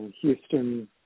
Houston